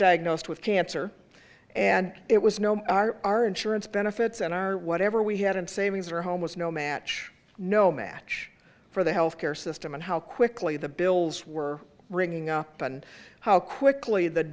diagnosed with cancer and it was no our our insurance benefits and our whatever we had in savings or home was no match no match for the health care system and how quickly the bills were ringing up and how quickly the